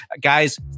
guys